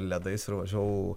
ledais ir važiavau